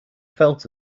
felt